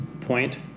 point